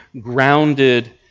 grounded